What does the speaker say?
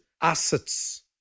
assets